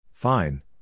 Fine